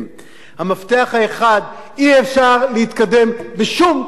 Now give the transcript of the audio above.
אי-אפשר להתקדם בשום תהליך מדיני בלי